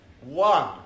One